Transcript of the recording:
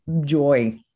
joy